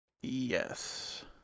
Yes